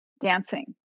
dancing